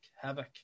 havoc